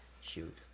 Shoot